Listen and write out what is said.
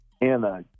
Anna